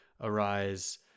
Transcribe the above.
arise